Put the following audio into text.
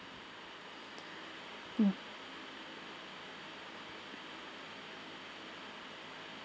mm